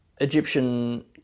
Egyptian